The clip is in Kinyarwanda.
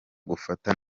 gufata